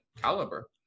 caliber